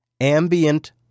Ambient